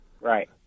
Right